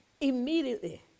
immediately